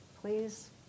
please